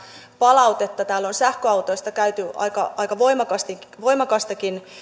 palautetta siitä täällä on sähköautoista käyty aika aika voimakastakin